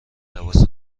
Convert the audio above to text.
لباس